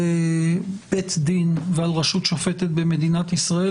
בית דין ועל רשות שופטת במדינת ישראל,